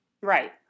Right